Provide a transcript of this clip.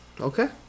Okay